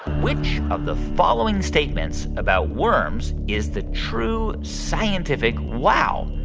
which of the following statements about worms is the true scientific wow?